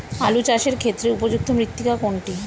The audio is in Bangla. আলু চাষের ক্ষেত্রে উপযুক্ত মৃত্তিকা কোনটি?